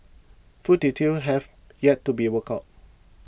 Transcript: full details have yet to be worked out